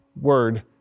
word